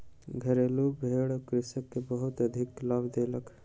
घरेलु भेड़ कृषक के बहुत अधिक लाभ देलक